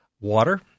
Water